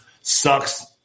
sucks